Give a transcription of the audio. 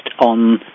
on